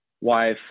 wife